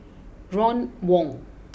Ron Wong